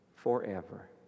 forever